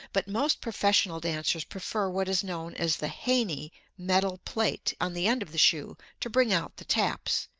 but most professional dancers prefer what is known as the haney metal plate on the end of the shoe to bring out the taps,